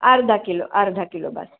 अर्धा किलो अर्धा किलो बस्स